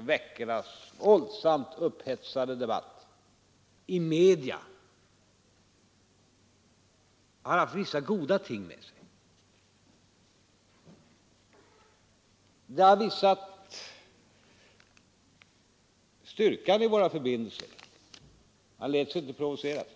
veckornas våldsamt upphetsade debatt i massmedia har haft vissa goda ting med sig. Den har visat styrkan i våra förbindelser: man lät sig inte provoceras.